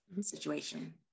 situation